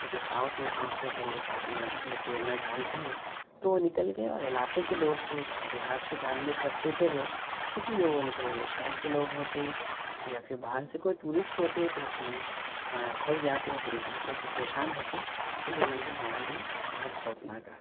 کیونکہ ساؤتھ میں عام طور پر لوگ پانی میں تیرنا جانتے ہیں تو نکل گئے اور علاقے کے لوگ تھے گاؤں دیہات سے تعلق رکھتے تھے وہ اِس لیے وہ نکل گئے شہر کے لوگ ہوتے یا پھر باہر سے کوئی ٹورسٹ ہوتے تو اُس میں پھنس جاتے بری طریقے سے پریشان ہوتے تو یہ منظر ہمارے لیے بہت خوفناک رہا